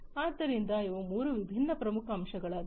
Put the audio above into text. ಆದ್ದರಿಂದ ಇವು ಮೂರು ವಿಭಿನ್ನ ಪ್ರಮುಖ ಅಂಶಗಳಾಗಿವೆ